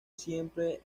siempre